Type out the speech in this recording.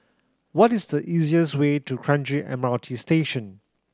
what is the easiest way to Kranji M R T Station